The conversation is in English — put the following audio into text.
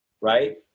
right